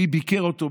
מי ביקר אותו,